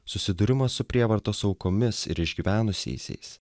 susidūrimas su prievartos aukomis ir išgyvenusiaisiais